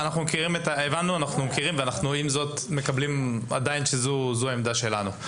הבנו, אנחנו מכירים, ועם זאת, זו העמדה שלנו.